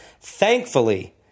Thankfully